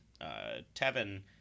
tevin